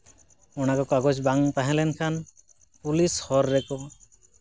ᱚᱱᱟᱠᱚ ᱠᱟᱜᱚᱡᱽ ᱵᱟᱝ ᱛᱟᱦᱮᱸ ᱞᱮᱱᱠᱷᱟᱱ ᱯᱩᱞᱤᱥ ᱦᱚᱨ ᱨᱮᱠᱚ